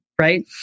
Right